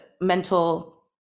mental